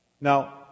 Now